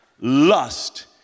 lust